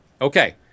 Okay